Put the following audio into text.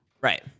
Right